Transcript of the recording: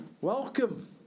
Welcome